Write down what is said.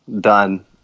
done